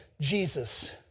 Jesus